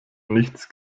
nichts